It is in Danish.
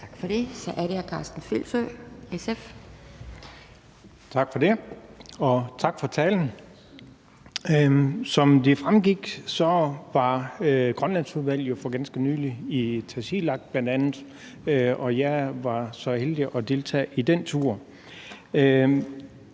Filsø, SF. Kl. 17:49 Karsten Filsø (SF): Tak for det, og tak for talen. Som det fremgik, var Grønlandsudvalget jo for ganske nylig i bl.a. Tasiilaq, og jeg var så heldig at deltage i den tur.